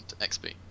XP